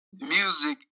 music